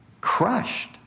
crushed